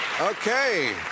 Okay